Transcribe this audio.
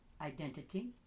identity